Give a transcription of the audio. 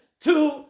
two